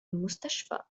المستشفى